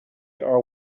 are